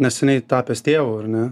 neseniai tapęs tėvu ar ne